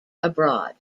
abroad